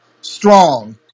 strong